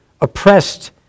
oppressed